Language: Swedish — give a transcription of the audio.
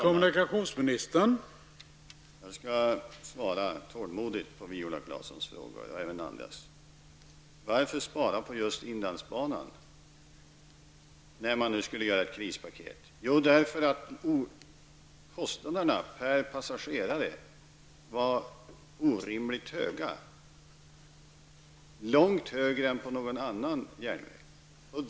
Herr talman! Jag skall svara tålmodigt på Viola Claessons och även andras frågor. Varför spara på just inlandsbanan när man skulle göra ett krispaket? Jo, därför att kostnaderna per passagerare var orimligt höga, långt högre än på någon annan järnväg.